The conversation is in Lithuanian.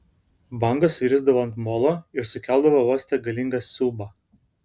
bangos virsdavo ant molo ir sukeldavo uoste galingą siūbą